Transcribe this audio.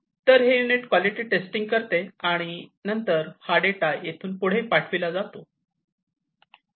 तर हे unit quality testing करते आणि नंतर हा डेटा येथून पुढे पाठविला जातो